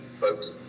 folks